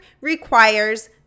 requires